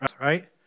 right